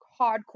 hardcore